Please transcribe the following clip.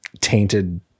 tainted